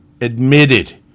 admitted